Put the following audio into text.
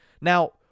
Now